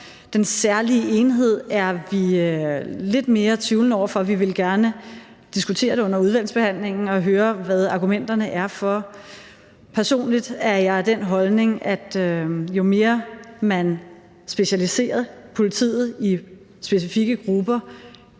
den særlige enhed er vi lidt mere tvivlende over for. Vi vil gerne diskutere det under udvalgsbehandlingen og høre, hvad argumenterne for den er. Personligt er jeg af den holdning, at jo mere man specialiserer politiet i specifikke grupper,